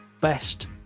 Best